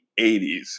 80s